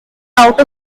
out